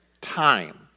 time